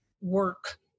work